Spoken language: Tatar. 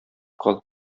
кал